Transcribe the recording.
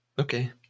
Okay